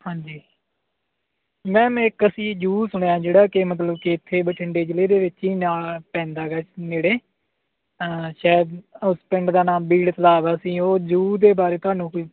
ਹਾਂਜੀ ਮੈਮ ਇੱਕ ਅਸੀਂ ਜ਼ਰੂਰ ਸੁਣਿਆ ਜਿਹੜਾ ਕਿ ਮਤਲਬ ਕਿ ਇੱਥੇ ਬਠਿੰਡੇ ਜ਼ਿਲ੍ਹੇ ਦੇ ਵਿੱਚ ਹੀ ਨਾਲ ਪੈਂਦਾ ਹੈਗਾ ਨੇੜੇ ਸ਼ਾਇਦ ਉਸ ਪਿੰਡ ਦਾ ਨਾਮ ਬੀੜ ਤਲਾਬ ਅਸੀਂ ਉਹ ਜੂ ਦੇ ਬਾਰੇ ਤੁਹਾਨੂੰ ਕੋਈ